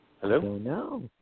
Hello